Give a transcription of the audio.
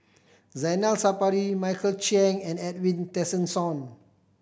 Zainal Sapari Michael Chiang and Edwin Tessensohn